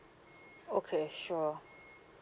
okay sure